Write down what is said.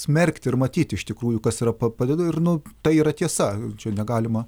smerkti ir matyti iš tikrųjų kas yra pa padeda ir nu tai yra tiesa čia negalima